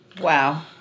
Wow